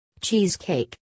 Cheesecake